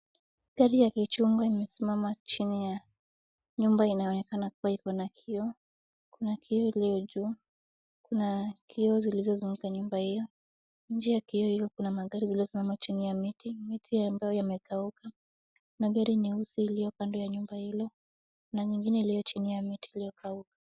Gari ya kichungwa imesimama chini ya nyumba inayoonekana kuwa iko na kioo, kuna kioo iliyo juu, kuna kioo zilizozomekanyumba hiyo, nje ya kioo hiyo kuna magari iliyosimama chini ya miti, miti ambayo imekauka, kuna gari nyeusi iliyo kando ya nyumba hiyo na nyingine iliyo chini ya miti iliyokauka.